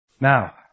Now